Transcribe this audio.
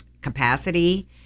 capacity